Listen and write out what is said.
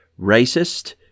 racist